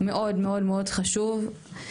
מאוד חשוב.